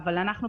אבל אנחנו,